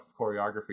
choreography